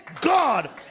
god